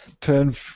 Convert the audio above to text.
turn